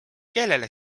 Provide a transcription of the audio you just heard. kellele